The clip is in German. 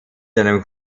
einem